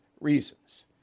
reasons